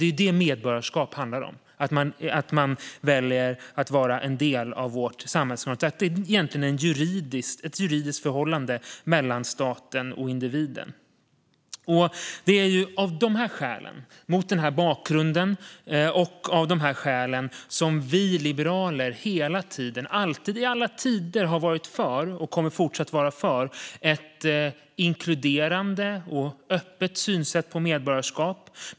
Det är detta som medborgarskap handlar om - att man väljer att vara en del av vårt samhällskontrakt. Det är egentligen ett juridiskt förhållande mellan staten och individen. Det är av dessa skäl och mot denna bakgrund som vi liberaler i alla tider har varit för, och kommer att fortsätta vara det, ett inkluderande och öppet synsätt på medborgarskap.